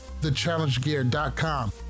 thechallengegear.com